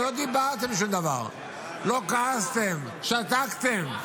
לא דיברתם שום דבר, לא כעסתם, שתקתם.